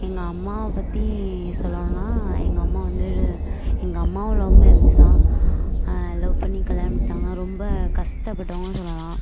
எங்கள் அம்மாவை பற்றி சொல்லணுன்னா எங்கள் அம்மா வந்து எங்கள் அம்மாவும் லவ் மேரேஜு தான் லவ் பண்ணி கல்யாணம் பண்ணிட்டாங்க ரொம்ப கஷ்டப்பட்டவங்கன்னு சொல்லலாம்